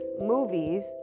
movies